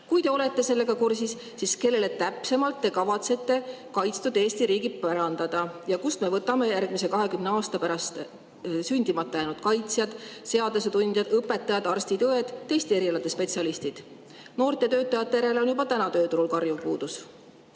Kui te olete sellega kursis, siis kellele täpsemalt te kavatsete kaitstud Eesti riigi pärandada ja kust me võtame järgmise 20 aasta pärast sündimata jäänud kaitsjad, seadusetundjad, õpetajad, arstid-õed, teiste erialade spetsialistid? Noorte töötajate järele on juba täna tööturul karjuv puudus.